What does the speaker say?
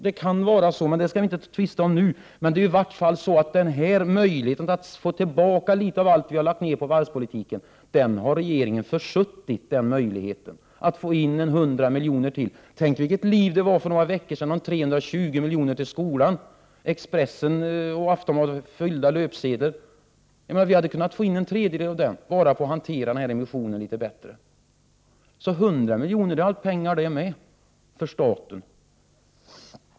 Det kan vara så, men det skall vi inte tvista om nu. I vart fall har regeringen försuttit möjligheten att få tillbaka litet av allt det som vi har lagt ner på varvspolitiken. Man har försuttit möjligheten att få in ytterligare 100 milj.kr. Tänk vilket liv det var för några veckor sedan om 320 miljoner till skolan! Expressen och Aftonbladet fyllde sina löpsedlar om detta. Jag menar att vi hade kunnat få in en tredjedel av den summan bara genom att hantera den här emissionen litet bättre. 100 miljoner är inte att förakta — det är pengar det med för staten.